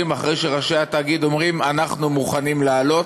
אחרי שראשי התאגיד אומרים: אנחנו מוכנים לעלות.